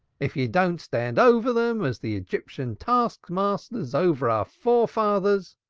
if you don't stand over them as the egyptian taskmasters over our forefathers,